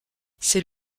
c’est